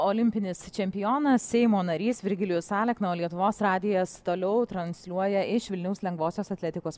olimpinis čempionas seimo narys virgilijus alekna o lietuvos radijas toliau transliuoja iš vilniaus lengvosios atletikos